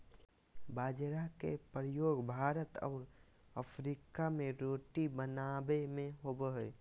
बाजरा के प्रयोग भारत और अफ्रीका में रोटी बनाबे में होबो हइ